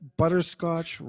butterscotch